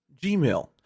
Gmail